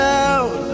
out